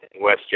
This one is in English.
West